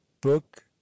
Book